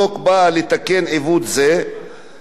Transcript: מוצע להגדיר מיהו עובד בניין